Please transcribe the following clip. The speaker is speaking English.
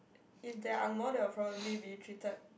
if they Ang-Moh they will probably be treated